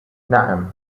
نعم